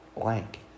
blank